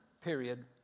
period